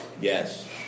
Yes